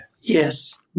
Yes